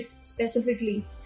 specifically